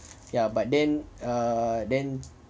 ya but then err then